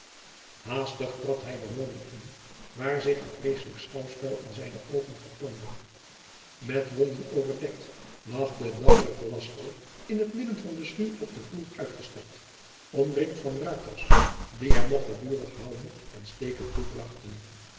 haastig trad hij de woning in waar zich een vreesselijk schouwspel aan zijne oogen vertoonde met wonden overdekt lag de dappere velasco in t midden van de schuur op den vloer uitgestrekt omringd van ruiters die hem nog gedurig houwen en steken toebrachten